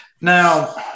Now